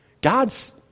God's